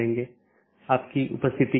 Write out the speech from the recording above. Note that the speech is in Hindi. इसके साथ ही आज अपनी चर्चा समाप्त करते हैं